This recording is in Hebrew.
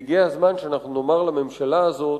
והגיע הזמן שנאמר לממשלה הזאת: